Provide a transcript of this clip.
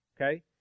Okay